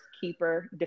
Keeper